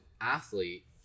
athlete